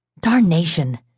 Darnation